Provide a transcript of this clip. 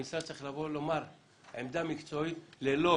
המשרד צריך לבוא ולומר עמדה מקצועית ללא